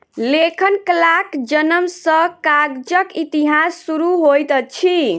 लेखन कलाक जनम सॅ कागजक इतिहास शुरू होइत अछि